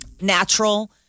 Natural